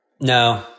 No